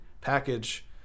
package